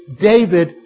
David